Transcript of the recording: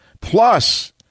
Plus